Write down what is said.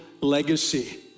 legacy